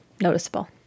noticeable